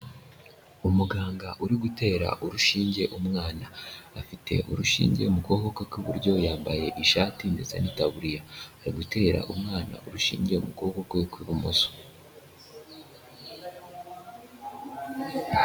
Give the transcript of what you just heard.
Umuganga uri gutera urushinge umwana. Afite urushinge mu kuboko kwe kw'iburyo, yambaye ishati ndetse n'itaburiya, ari gutera umwana urushinge mu kuboko kwe kw'ibumoso.